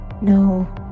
No